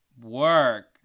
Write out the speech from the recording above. Work